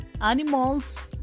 animals